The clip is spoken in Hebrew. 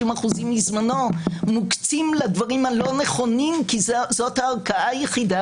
60 אחוזים מזמנו מוקצים לדברים הלא נכונים כי זאת הערכאה היחידה